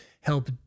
help